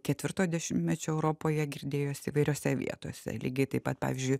ketvirto dešimtmečio europoje girdėjosi įvairiose vietose lygiai taip pat pavyzdžiui